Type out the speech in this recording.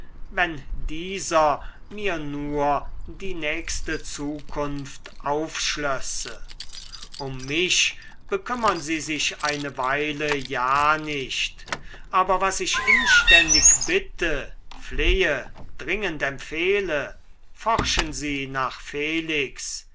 wenn dieser mir nur die nächste zukunft aufschlösse um mich bekümmern sie sich eine weile ja nicht aber was ich inständig bitte flehe dringend empfehle forschen sie nach felix